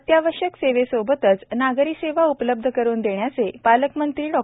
अत्यावश्यक सेवेसोबतच नागरी सेवा उपलब्ध करुन देण्याचे पालकमंत्री डॉ